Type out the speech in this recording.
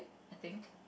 I think